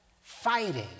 fighting